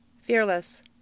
Fearless